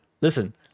Listen